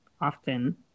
often